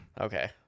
Okay